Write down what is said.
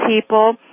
people